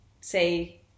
say